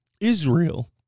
Israel